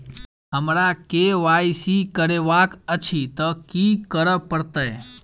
हमरा केँ Y C करेवाक अछि तऽ की करऽ पड़तै?